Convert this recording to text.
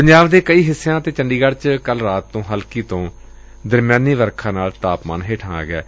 ਪੰਜਾਬ ਦੇ ਕਈ ਹਿੱਸਿਆਂ ਅਤੇ ਚੰਡੀਗੜ੍ ਚ ਕੱਲ੍ਹ ਰਾਤ ਤੋ ਹਲਕੀ ਤੋ ਦਰਮਿਆਨੀ ਵਰਖਾ ਨਾਲ ਤਾਪਮਾਨ ਹੇਠਾ ਆ ਗਿਐ